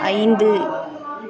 ஐந்து